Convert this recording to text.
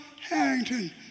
Harrington